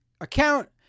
account